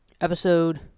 Episode